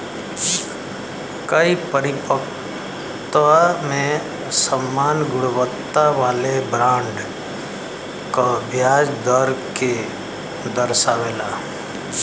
कई परिपक्वता पे समान गुणवत्ता वाले बॉन्ड क ब्याज दर के दर्शावला